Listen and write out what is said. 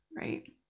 right